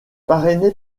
parrainé